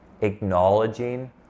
acknowledging